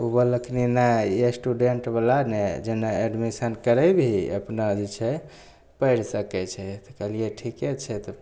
उ बोलखिन नहि स्टूडेंटवला नहि जेना एडमिशन करेबिहीन अपना जे छै पढ़ि सकय छथि कहलियै ठीके छै तब